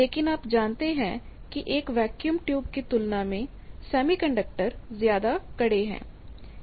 लेकिन आप जानते हैं कि एक वैक्यूम ट्यूब की तुलना में सेमीकंडक्टर ज्यादा कड़े हैं